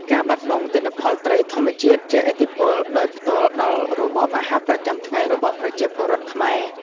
ការបាត់បង់ទិន្នផលត្រីធម្មជាតិជះឥទ្ធិពលដោយផ្ទាល់ដល់របបអាហារប្រចាំថ្ងៃរបស់ប្រជាពលរដ្ឋខ្មែរ។